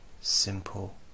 simple